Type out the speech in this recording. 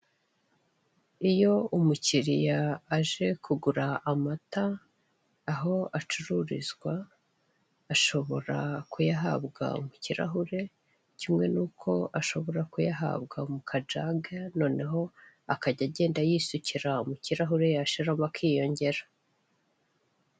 Iyo umukiliya aje kugura amata aho acururizwa, ashobora kuyahabwa mu kirahure, kimwe n'uko ashobora kuyahabwa mu kajage noneho akajya agenda yisukira mu kirahure yashiramo akiyongera.